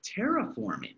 terraforming